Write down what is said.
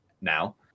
now